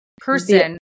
person